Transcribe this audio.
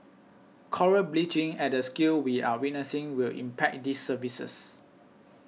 coral bleaching at the scale we are witnessing will impact these services